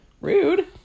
Rude